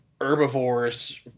herbivores